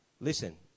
listen